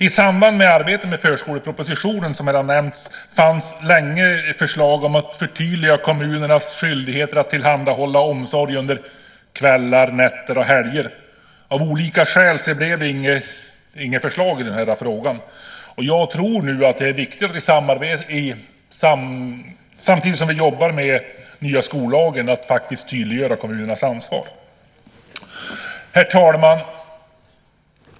I samband med arbetet med den förskoleproposition som här har nämnts fanns länge förslag om att förtydliga kommunernas skyldigheter att tillhandahålla omsorg under kvällar, nätter och helger. Av olika skäl blev det inget förslag i frågan. Jag tror nu att det är viktigt att vi tydliggör kommunernas ansvar samtidigt som vi jobbar med den nya skollagen. Herr talman!